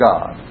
God